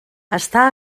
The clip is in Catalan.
està